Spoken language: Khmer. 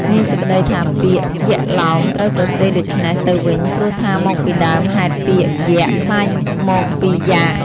មានសេចក្ដីថាពាក្យ "យាក់ឡោម" ត្រូវសរសេរដូច្នេះទៅវិញ ព្រោះថាមកពីដើមហេតុពាក្យ យាក់ ក្លាយមកពី "យ៉ាក់"។